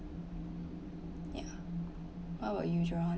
yeah what about you john